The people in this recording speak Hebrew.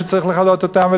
שצריך לכלות אותם,